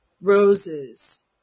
roses